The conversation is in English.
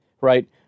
right